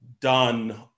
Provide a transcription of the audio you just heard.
done